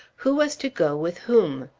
who was to go with whom?